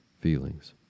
Feelings